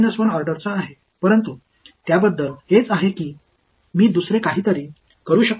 ஆனால் நம்மிடம் அதன் N புள்ளிகள் உள்ளன அதில் எனது செயல்பாட்டை மதிப்பிடுவதற்கான வாய்ப்பு உள்ளது